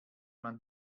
man